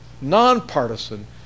Nonpartisan